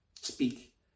speak